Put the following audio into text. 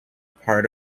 part